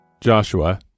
Joshua